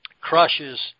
crushes